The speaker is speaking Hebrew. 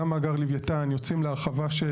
גם מאגר לויתן יוצאים להרחבה של,